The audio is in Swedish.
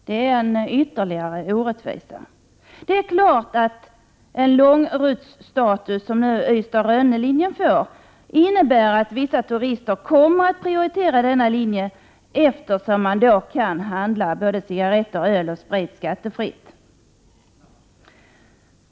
Ystad-Rönne-linjen kommer att få statusen lång rutt, och det innebär självfallet att vissa turister prioriterar denna linje, eftersom de kan handla både cigarretter, öl och sprit skattefritt.